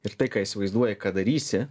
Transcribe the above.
ir tai ką įsivaizduoji ką darysi